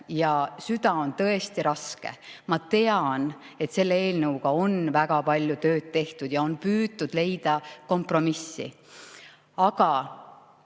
ja süda on tõesti raske. Ma tean, et selle eelnõuga on väga palju tööd tehtud ja on püütud leida kompromissi. Aga